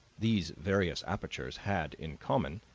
these various apertures had, in common,